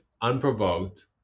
unprovoked